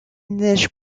neige